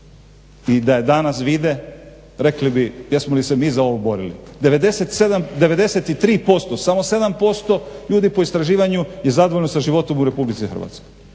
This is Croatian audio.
i da je danas vide rekli bi jesmo li se mi za ovo borili. 93%, samo 7% ljudi po istraživanju je zadovoljno sa životom u Republici Hrvatskoj,